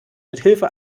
mithilfe